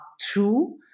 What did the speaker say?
true